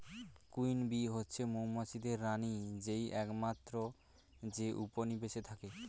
queen bee হচ্ছে মৌমাছিদের রানী যেই একমাত্র যে উপনিবেশে থাকে